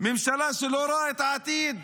ממשלה שלא רואה את העתיד,